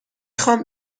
خوام